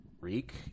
Reek